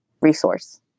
resource